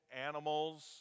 animals